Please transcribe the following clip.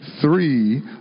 three